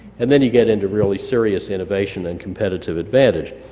and then you get into really serious innovation, and competitive advantage.